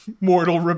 mortal